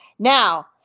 Now